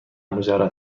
مجرد